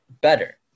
better